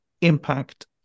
impact